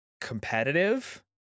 competitive